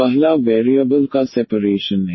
पहला वेरिएबल का सेप्रेसन है